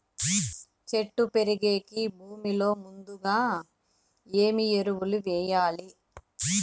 చెట్టు పెరిగేకి భూమిలో ముందుగా ఏమి ఎరువులు వేయాలి?